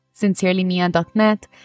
sincerelymia.net